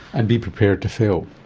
and be prepared to fail.